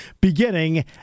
beginning